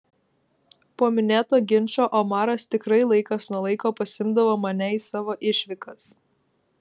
po minėto ginčo omaras tikrai laikas nuo laiko pasiimdavo mane į savo išvykas